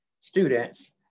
students